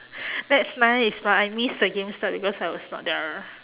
that's nice but I miss the gamestart because I was not there